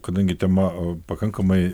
kadangi tema pakankamai